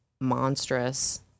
monstrous